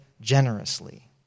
generously